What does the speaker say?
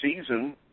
season